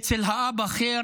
אצל האבא ח'יר,